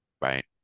right